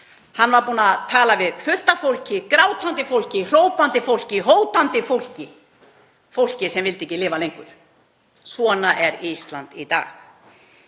Hann var búinn að tala við fullt af fólki; grátandi fólki, hrópandi fólki, hótandi fólki, fólki sem vildi ekki lifa lengur. Svona er Ísland í dag.